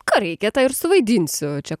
ką reikia tą ir suvaidinsiu čia